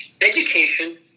education